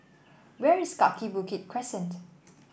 where is Kaki Bukit Crescent